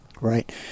Right